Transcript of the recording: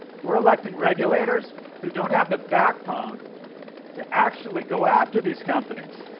we're electing regulators who don't have the backbone to actually go after these companies.